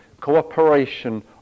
cooperation